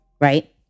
right